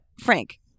Frank